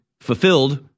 fulfilled